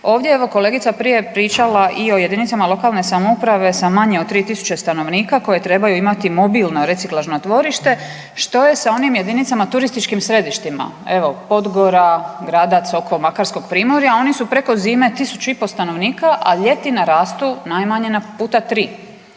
Ovdje je evo kolegica prije pričala i o jedinicama lokalne samouprave sa manje od 3 tisuće stanovnika koje trebaju imati mobilno reciklažno dvorište. Što je sa onim jedinicama turističkim središtima, evo Podgora, Gradac oko Makarskog primorja oni su preko zime tisuću i pol stanovnika, a ljeti narastu najmanje puta 3?